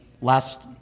last